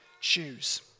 choose